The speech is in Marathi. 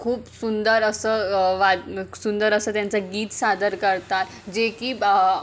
खूप सुंदर असं वाद सुंदर असं त्यांचं गीत सादर करतात जे की